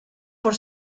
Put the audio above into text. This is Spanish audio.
por